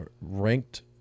ranked